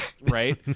right